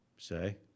Say